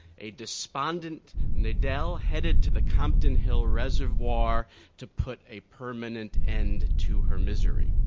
a despondent nidell headed to the compton hill reservoir to put a permanent end to her misery.